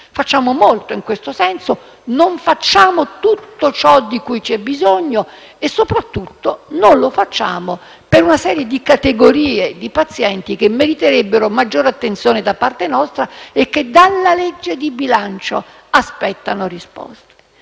Facciamo molto in questo senso; non facciamo tutto ciò di cui c'è bisogno e, soprattutto, non lo facciamo per una serie di categorie di pazienti che meriterebbero maggiore attenzione da parte nostra e che dalla legge di bilancio aspettano risposte.